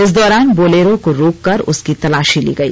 इस दौरान बोलेरो को रोककर उसकी तलाशी ली गई